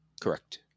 Correct